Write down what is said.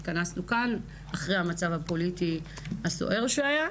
התכנסנו כאן אחרי המצב הפוליטי הסוער שהיה,